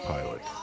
Pilot